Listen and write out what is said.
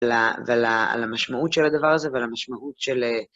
ועל המשמעות של הדבר הזה ועל המשמעות של...